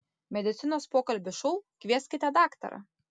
medicinos pokalbių šou kvieskite daktarą